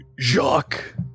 Jacques